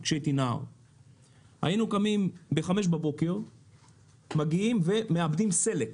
היינו קמים בחמש בבוקר כדי לעבד סלק,